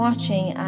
Watching